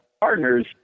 partner's